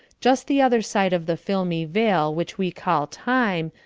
just the other side of the filmy veil which we call time,